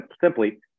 simply